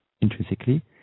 intrinsically